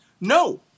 No